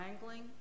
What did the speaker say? wrangling